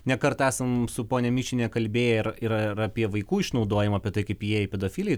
nekartą esam su ponia mišiniene kalbėję ir ir apie vaikų išnaudojimą apie tai kaip jie pedofilą